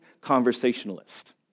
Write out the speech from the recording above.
conversationalist